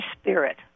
spirit